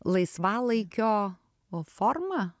laisvalaikio forma